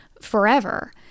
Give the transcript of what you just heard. forever